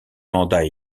mandats